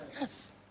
Yes